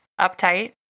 uptight